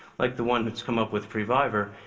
like the one that's come up with pre-vivor,